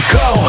go